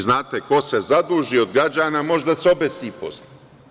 Znate ko se zaduži od građana, može da se obesi posle.